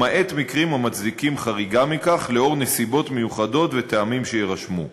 למעט מקרים המצדיקים חריגה מכך לאור נסיבות מיוחדות ומטעמים שיירשמו.